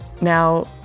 now